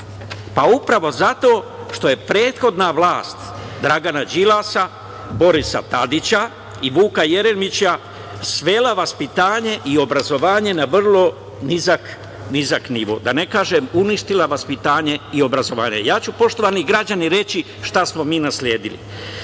Pa upravo zato što je prethodna vlast Dragana Đilasa, Borisa Tadića i Vuka Jeremića svela vaspitanje i obrazovanje na vrlo nizak nivo, da ne kažem uništila vaspitanje i obrazovanje. Poštovani građani, ja ću reći šta smo mi nasledili.